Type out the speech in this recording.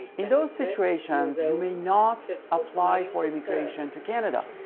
in those situations, you may not apply for immigration to canada.